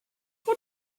what